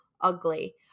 ugly